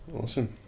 Awesome